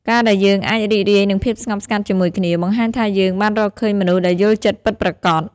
ការដែលយើងអាចរីករាយនឹងភាពស្ងប់ស្ងាត់ជាមួយគ្នា បង្ហាញថាយើងបានរកឃើញមនុស្សដែលយល់ចិត្តពិតប្រាកដ។